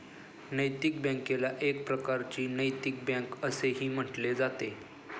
नैतिक बँकेला एक प्रकारची नैतिक बँक असेही म्हटले जाते